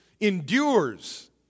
endures